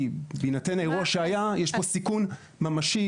כי בהינתן האירוע שהיה יש פה סיכון ממשי